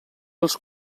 als